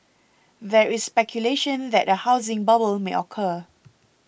there is speculation that a housing bubble may occur